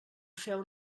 feu